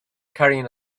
carrying